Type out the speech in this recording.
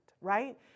right